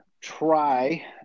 try